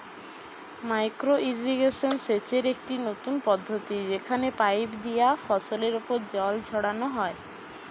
micro irrigation সেচের একটি নতুন পদ্ধতি যেখানে পাইপ দিয়া ফসলের ওপর জল ছড়ানো হয়